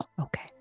okay